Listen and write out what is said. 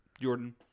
Jordan